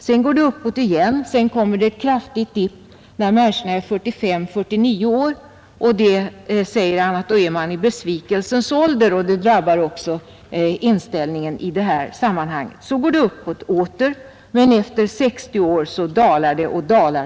Sedan går det uppåt igen och därefter kommer ett kraftigt dip när människorna är 45 till 49 år. Han säger att man då är i besvikelsens ålder, vilket också drabbar inställningen i detta sammanhang. Sedan går det åter uppåt, men efter 60 år dalar det — för gott.